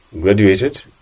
Graduated